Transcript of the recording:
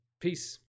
Peace